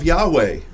Yahweh